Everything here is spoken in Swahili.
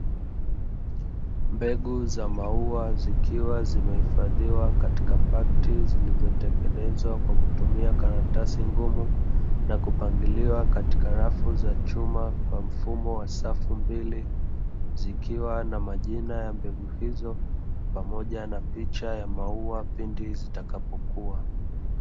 Mbegu za maua zikiwa zimehifadhiwa katika pakti zilizotengenezwa kwa kutumia karatasi ngumu na kupangiliwa katika rafu za chuma kwa mfumo wa safu mbili zikiwa na majina ya mbegu hizo pamoja na picha ya maua pindi zitakapokuwa.